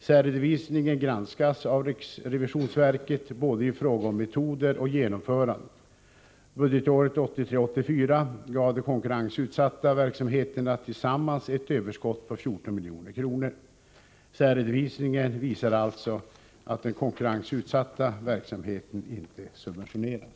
Särredovisningen granskas av riksrevisionsverket i fråga om både metoder och genomförande. Budgetåret 1983/84 gav de konkurrensutsatta verksamheterna tillsammans ett överskott på 14 milj.kr. Särredovisningen visar alltså att den konkurrensutsatta verksamheten inte subventionerades.